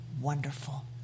wonderful